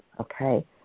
okay